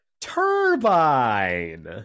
Turbine